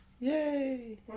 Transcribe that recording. Yay